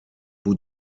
był